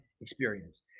experience